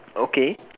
okay